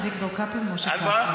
אביגדור קפלן.